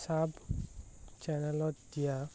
চব চেনেলত দিয়া